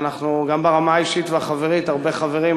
אנחנו גם ברמה האישית והחברית, הרבה חברים.